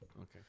Okay